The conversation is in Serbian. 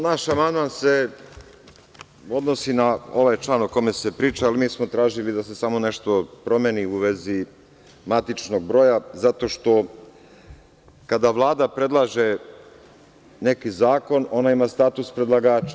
Naš amandman se odnosi na ovaj član o kome se priča, ali mi smo tražili da se samo nešto promeni u vezi matičnog broja, zato što kada Vlada predlaže neki zakon ona ima status predlagača.